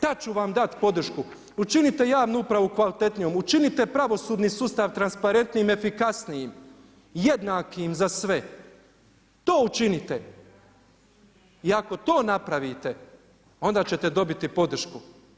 Tad ću vam dati podršku, učinite javnu upravu kvalitetnijom učinite pravosudni sustav transparentnijim, efikasnijim, jednakim za sve, to učinite i ako to napravite onda ćete dobiti podršku.